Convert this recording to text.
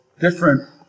different